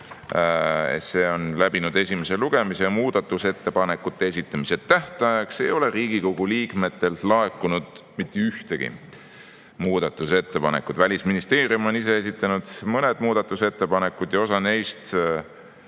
353 on läbinud esimese lugemise ja muudatusettepanekute esitamise tähtajaks ei ole Riigikogu liikmetelt laekunud mitte ühtegi ettepanekut. Välisministeerium on esitanud mõned muudatusettepanekud ja osa neist